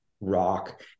rock